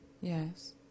yes